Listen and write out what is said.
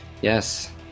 Yes